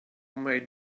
made